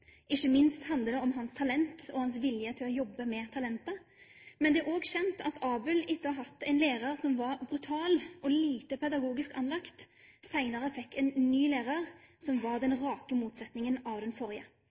ikke minst handler det om hans talent og hans vilje til å jobbe med talentet. Men det er også kjent at Abel etter å ha hatt en lærer som var brutal og lite pedagogisk anlagt, senere fikk en ny lærer som var den rake motsetningen av den forrige.